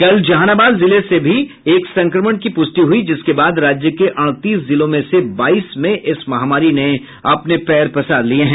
कल जहानाबाद जिले से भी एक संक्रमण की पुष्टि हुई जिसके बाद राज्य के अड़तीस जिलों में से बाईस में इस महामारी ने अपने पैर पसार लिये हैं